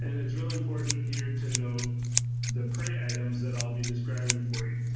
and it's really important here to note the prey items that i'll be describing for you.